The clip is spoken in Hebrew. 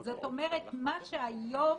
זאת אומרת, מה שהיום